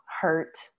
hurt